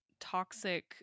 toxic